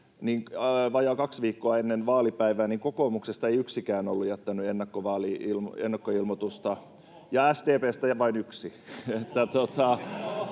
vajaa kaksi viikkoa ennen vaalipäivää kokoomuksesta ei yksikään ollut jättänyt ennakkoilmoitusta [Vasemmalta: